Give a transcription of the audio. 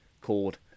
called